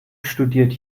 studiert